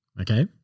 Okay